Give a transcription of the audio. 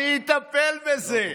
אני אטפל בזה.